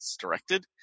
directed